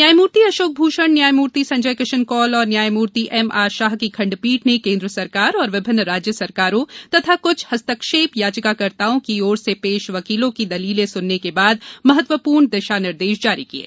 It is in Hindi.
न्यायमूर्ति अशोक भूषण न्यायमूर्ति संजय किशन कौल और न्यायमूर्ति एम आर शाह की खंडपीठ ने केंद्र सरकार एवं विभिन्न राज्य सरकारों तथा क्छ हस्तक्षेप याचिकाकर्ताओं की ओर से पेश वकीलों की दलीलें स्नने के बाद महत्वपूर्ण दिशानिर्देश जारी किये